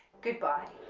goodbye